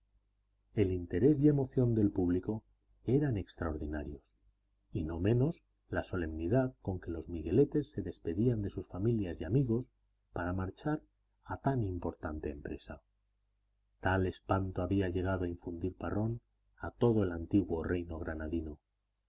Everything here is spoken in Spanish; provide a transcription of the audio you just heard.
el interés y emoción del público eran extraordinarios y no menos la solemnidad con que los migueletes se despedían de sus familias y amigos para marchar a tan importante empresa tal espanto había llegado a infundir parrón a todo el antiguo reino granadino